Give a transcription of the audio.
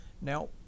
now